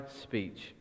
speech